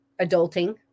adulting